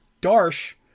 Darsh